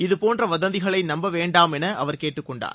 இதுபோன்ற வதந்திகளை நம்ப வேண்டாம் என அவர் கேட்டுக்கொண்டுள்ளார்